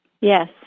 Yes